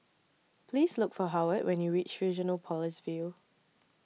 Please Look For Howard when YOU REACH Fusionopolis View